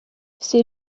всі